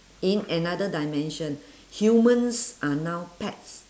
in another dimension humans are now pets